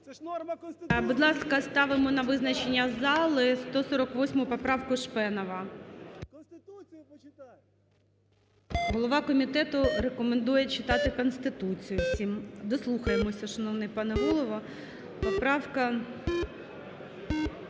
Будь ласка, ставимо на визначення зали 148 поправку Шпенова. Голова комітету рекомендує читати Конституцію всім. Дослухаємося, шановний пане голово.